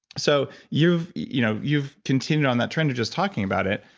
so you've you know you've continued on that trend of just talking about it,